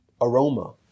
aroma